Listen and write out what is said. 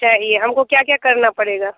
चाहिए हमको क्या क्या करना पड़ेगा